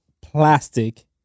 plastic